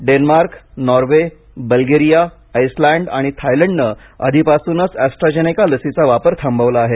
Denmark Norway Bulgaria Iceland आणि थायलंडने आधीपासूनच एस्ट्राझेनेका लसीचा वापर थांबवला आहे